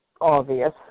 obvious